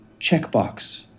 checkbox